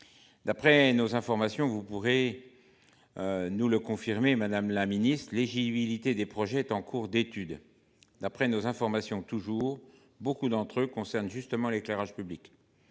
D'après nos informations, vous pourrez. Nous le confirmer. Madame la Ministre les ai visiter des projets en cours d'étude. D'après nos informations toujours beaucoup d'entre eux concerne justement l'éclairage public.